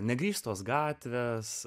negrįstos gatvės